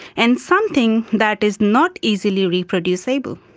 and something that is not easily reproducible.